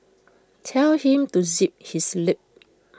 tell him to zip his lip